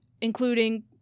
including